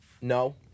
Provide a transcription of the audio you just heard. No